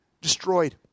destroyed